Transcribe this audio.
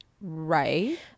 Right